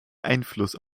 einfluss